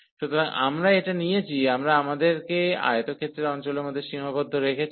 সুতরাং আমরা এটা নিয়েছি আমরা আমাদেরকে আয়তক্ষেত্রের অঞ্চলের মধ্যে সীমাবদ্ধ রেখেছি